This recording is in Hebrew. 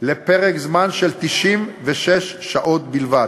לפרק זמן של 96 שעות בלבד,